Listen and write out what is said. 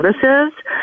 services